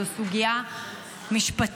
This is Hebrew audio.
זו סוגיה משפטית.